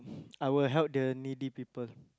I will help the needy people